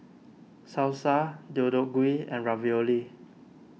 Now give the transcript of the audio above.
Salsa Deodeok Gui and Ravioli